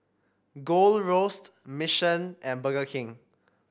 Gold Roast Mission and Burger King